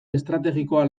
estrategikoa